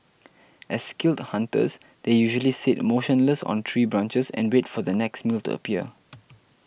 as skilled hunters they usually sit motionless on tree branches and wait for their next meal to appear